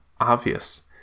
obvious